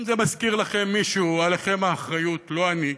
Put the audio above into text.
אם זה מזכיר לכם מישהו, עליכם האחריות, לא עליי.